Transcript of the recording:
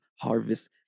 harvest